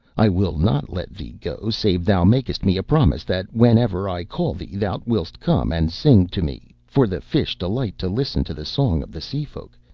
i will not let thee go save thou makest me a promise that whenever i call thee, thou wilt come and sing to me, for the fish delight to listen to the song of the sea folk,